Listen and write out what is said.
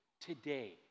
Today